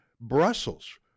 Brussels